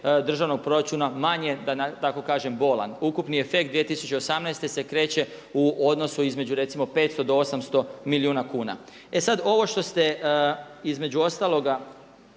državnog proračuna manje da tako kažem bolan. Ukupni efekt 2018. se kreće u odnosu između recimo 500 do 800 milijuna kuna. E sad ovo što ste između ostaloga